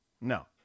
No